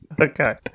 Okay